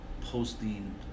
posting